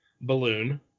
balloon